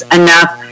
enough